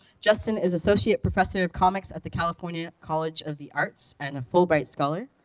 justin is associate professor of comics at the california college of the arts and a fulbright scholar.